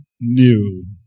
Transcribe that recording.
new